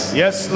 yes